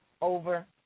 over